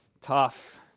Tough